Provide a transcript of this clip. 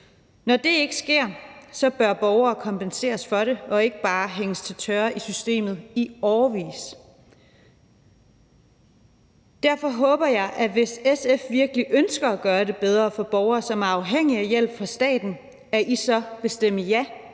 Når det ikke sker, bør borgerne kompenseres for det og ikke bare hænges til tørre i systemet i årevis. Derfor håber jeg, at SF, hvis man virkelig ønsker at gøre det bedre for borgere, som er afhængige af hjælp fra staten, vil stemme ja